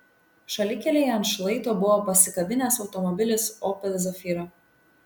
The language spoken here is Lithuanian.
šalikelėje ant šlaito buvo pasikabinęs automobilis opel zafira